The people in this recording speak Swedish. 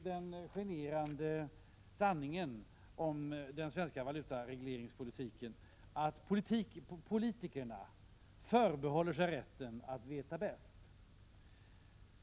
Den generande sanningen om den svenska valutaregleringspolitiken är att politikerna förbehåller sig rätten att veta bäst.